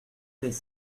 des